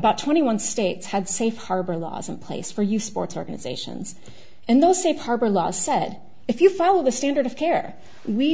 about twenty one states had safe harbor laws in place for you sports organizations and the safe harbor law said if you follow the standard of care we